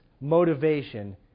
motivation